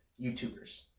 YouTubers